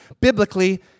Biblically